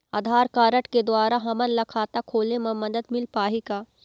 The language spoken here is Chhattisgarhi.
आधार कारड के द्वारा हमन ला खाता खोले म मदद मिल पाही का?